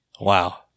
Wow